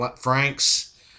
Franks